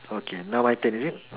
okay now my turn is it